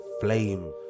Flame